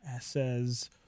says